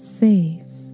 safe